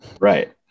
right